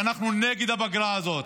אנחנו נגד הפגרה הזאת.